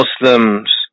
Muslims